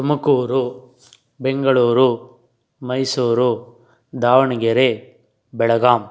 Tumakuru Bengaluru Mysuru Davanagere Belgaum